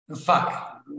Fuck